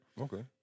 Okay